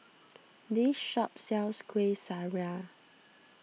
this shop sells Kueh Syara